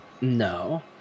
No